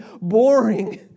boring